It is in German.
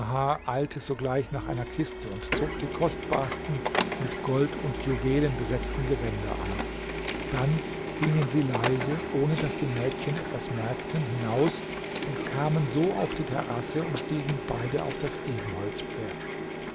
eilte sogleich nach einer kiste und zog die kostbarsten mit gold und juwelen besetzten gewänder an dann gingen sie leise ohne daß die mädchen etwas merkten hinaus und kamen so auf die terrasse und stiegen beide auf das ebenholzpferd